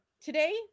today